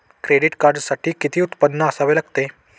Credit कार्डसाठी किती उत्पन्न असावे लागते?